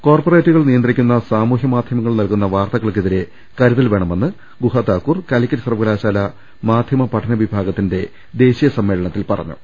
കോർപ്പറേറ്റുകൾ നിയന്ത്രിക്കുന്ന സാമൂഹ്യ മാധ്യമങ്ങൾ നൽകുന്ന വാർത്തകൾക്കെതിരെ കരുതൽ വേണമെന്ന് ഗുഹാതാക്കൂർ കാലിക്കറ്റ് സർവ്വകലാശാല മാധ്യമ പഠന വിഭാഗത്തിന്റെ ദേശീയ സമ്മേളനത്തിൽ പറഞ്ഞു